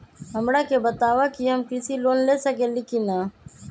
हमरा के बताव कि हम कृषि लोन ले सकेली की न?